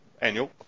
annual